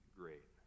great